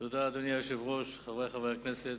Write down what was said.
אדוני היושב-ראש, חברי חברי הכנסת,